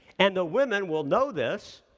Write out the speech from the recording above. and the women will know this,